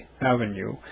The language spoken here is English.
Avenue